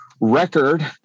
record